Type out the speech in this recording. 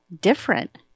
different